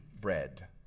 bread